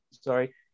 sorry